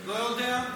לא יודע?